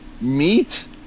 meat